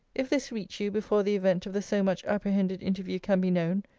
if this reach you before the event of the so much apprehended interview can be known,